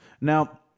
Now